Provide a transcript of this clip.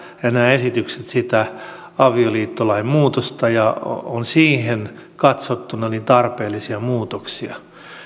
ja nämä esitykset seuraavat hyvin sitä avioliittolain muutosta ja ovat siihen katsottuna tarpeellisia muutoksia